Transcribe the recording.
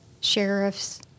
sheriff's